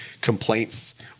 complaints